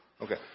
Okay